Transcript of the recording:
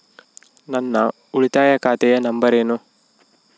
ನನ್ನ ಉಳಿತಾಯ ಖಾತೆ ನಂಬರ್ ಏನು?